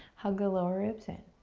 hug the lower ribs in.